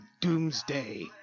doomsday